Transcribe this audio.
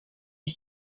est